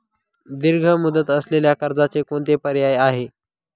दीर्घ मुदत असलेल्या कर्जाचे कोणते पर्याय आहे?